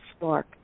spark